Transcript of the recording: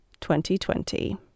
2020